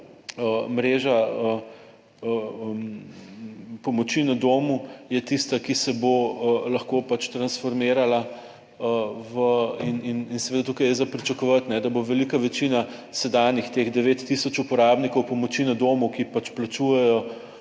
mreža, pomoči na domu je tista, ki se bo lahko pač transformirala v, in seveda tukaj je za pričakovati, da bo velika večina sedanjih teh 9 tisoč uporabnikov pomoči na domu, ki pač plačujejo